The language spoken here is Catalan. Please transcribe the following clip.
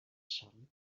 són